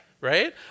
right